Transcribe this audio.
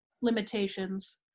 limitations